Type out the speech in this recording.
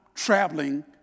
Traveling